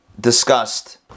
discussed